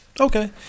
Okay